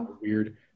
weird